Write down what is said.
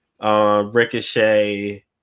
Ricochet